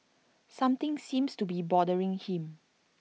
something seems to be bothering him